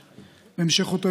למוחרת,